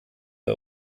der